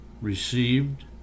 received